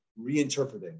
reinterpreting